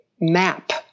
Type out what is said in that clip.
map